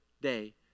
day